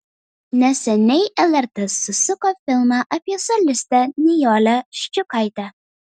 neseniai lrt susuko filmą apie solistę nijolę ščiukaitę